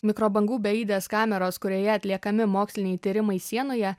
mikrobangų beaidės kameros kurioje atliekami moksliniai tyrimai sienoje